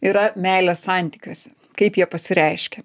yra meilės santykiuose kaip jie pasireiškia